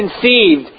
conceived